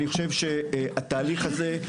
אני חושב שהתהליך הזה,